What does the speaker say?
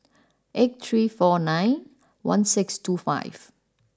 eight three four nine one six two five